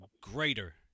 greater